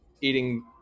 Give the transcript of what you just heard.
eating